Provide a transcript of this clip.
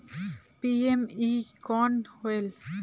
PME कौन होयल?